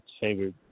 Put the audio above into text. favorite